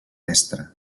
mestre